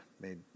made